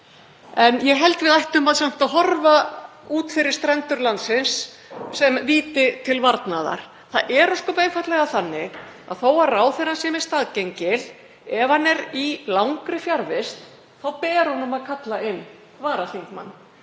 en ég held að við ættum samt að horfa út fyrir strendur landsins sem víti til varnaðar. Það er ósköp einfaldlega þannig, þó að ráðherrann sé með staðgengil, að ef hann er í langri fjarvist ber honum að kalla inn varaþingmann.